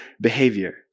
behavior